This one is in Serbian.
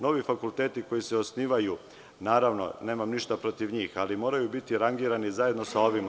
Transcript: Novi fakulteti koji se osnivaju, naravno nemam ništa protiv njih, ali moraju biti rangirani zajedno sa ovima.